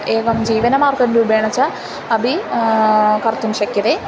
एवं जीवनमार्गं रूपेण च अपि कर्तुं शक्यते